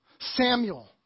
Samuel